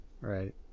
Right